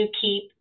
keep